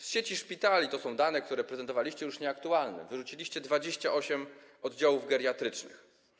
Z sieci szpitali - to są dane, które prezentowaliście, a które są już nieaktualne - wyrzuciliście 28 oddziałów geriatrycznych.